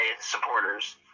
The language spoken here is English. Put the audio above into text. supporters